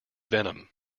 venom